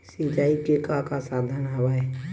सिंचाई के का का साधन हवय?